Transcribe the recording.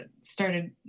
started